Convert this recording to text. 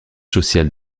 social